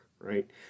right